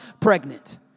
pregnant